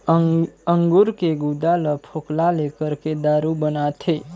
अंगूर के गुदा ल फोकला ले करके दारू बनाथे